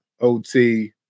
OT